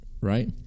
right